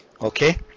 Okay